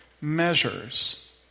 measures